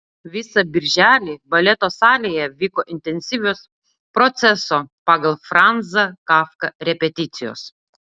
visą birželį baleto salėje vyko intensyvios proceso pagal franzą kafką repeticijos